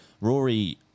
Rory